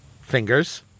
fingers